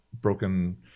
broken